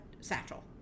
Satchel